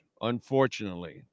unfortunately